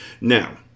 Now